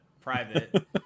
private